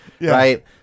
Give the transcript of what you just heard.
right